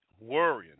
worrying